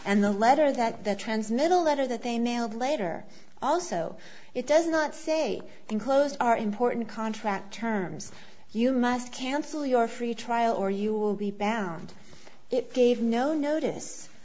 and the letter that the transmittal letter that they mailed later also it does not say enclosed are important contract terms you must cancel your free trial or you will be bound it gave no notice